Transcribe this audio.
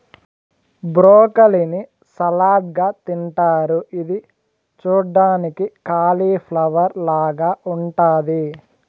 broccoli ని salad గా తింటారు ఇది చూడ్డానికి కాలిఫ్లవర్ లాగ ఉంటాది